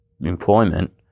employment